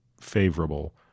favorable